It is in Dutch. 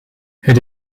het